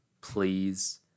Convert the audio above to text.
please